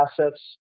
assets